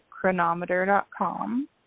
chronometer.com